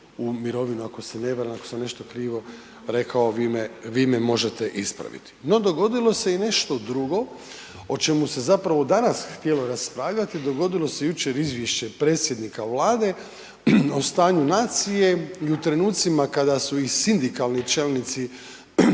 u mirovinu ako se ne varam, ako sam nešto krivo rekao, vi me možete ispraviti. No dogodilo se i nešto drugo o čemu se zapravo danas htjelo raspravljati, dogodilo se jučer izvješće predsjednika Vlade o stanju nacije i u trenucima kada su i sindikalni čelnici